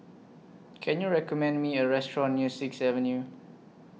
Can YOU recommend Me A Restaurant near Sixth Avenue